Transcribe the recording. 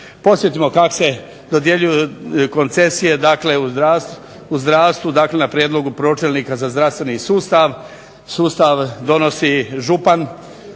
Podsjetimo kako se dodjeljuju koncesije dakle u zdravstvu. Dakle na prijedlog pročelnika za zdravstveni sustav, sustav donosi župan